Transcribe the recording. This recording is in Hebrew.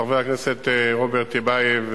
חבר הכנסת רוברט טיבייב